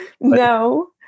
No